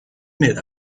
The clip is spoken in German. mail